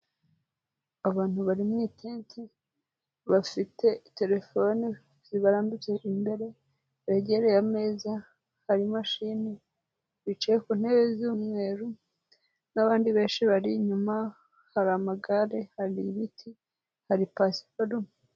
Abantu bari mu itenti, bafite telefone zibarambitse imbere, begereye ameza, hari imashini, bicaye ku ntebe z'umweru n'abandi benshi bari inyuma, hari amagare, hari ibiti, hari pasiparumu.